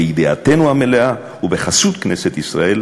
בידיעתנו המלאה ובחסות כנסת ישראל.